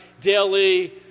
daily